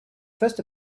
first